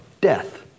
death